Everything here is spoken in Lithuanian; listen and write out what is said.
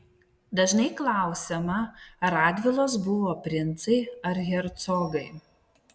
dažnai klausiama ar radvilos buvo princai ar hercogai